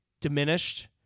diminished